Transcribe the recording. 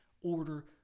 order